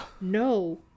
No